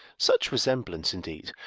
such resemblance, indeed,